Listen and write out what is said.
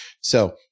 So-